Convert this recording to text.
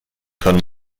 können